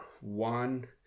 one